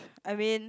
I mean